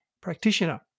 practitioner